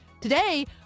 Today